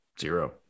Zero